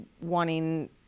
wanting